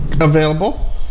Available